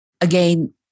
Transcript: again